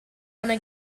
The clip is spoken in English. wanna